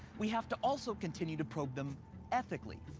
we have to also continue to probe them ethically.